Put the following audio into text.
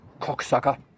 cocksucker